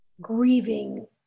grieving